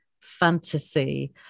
fantasy